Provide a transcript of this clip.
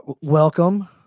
Welcome